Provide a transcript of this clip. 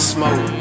Smoke